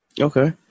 Okay